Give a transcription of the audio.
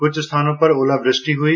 कुछ स्थानों पर ओलावृष्टि हुई